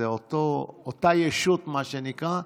זו אותה ישות, מה שנקרא.